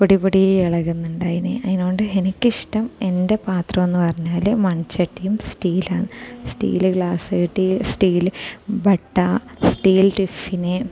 പൊടി പൊടി ഇളകുന്നുണ്ടായിന് അയിനൊണ്ട് എനിക്ക് ഇഷ്ടം എൻ്റെ പാത്രമെന്ന് പറഞ്ഞാൽ മൺചട്ടിയും സ്റ്റീലും ആണ് സ്റ്റീൽ ഗ്ലാസ് ചട്ടി സ്റ്റീൽ ബട്ട സ്റ്റീൽ ടിഫിൻ